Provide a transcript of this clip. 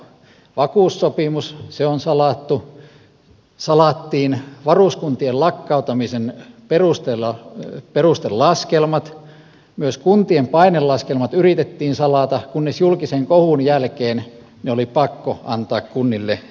vakuussopimus on salattu salattiin varuskuntien lakkauttamisen perustelaskelmat myös kuntien painelaskelmat yritettiin salata kunnes julkisen kohun jälkeen ne oli pakko antaa kunnille tiedoksi